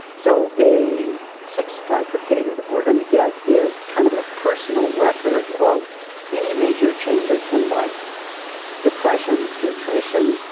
so a sixth type of data that we're going to get is kind of a personal record of any major changes in life depression, nutrition,